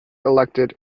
elected